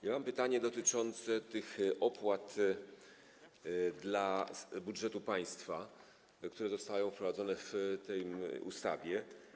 Ja mam pytanie dotyczące opłat do budżetu państwa, które zostały wprowadzone w tej ustawie.